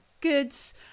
goods